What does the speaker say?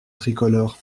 tricolore